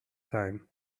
time